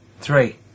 three